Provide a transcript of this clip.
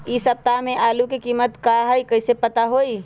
इ सप्ताह में आलू के कीमत का है कईसे पता होई?